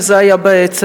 וזה היה באצ"ל,